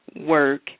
work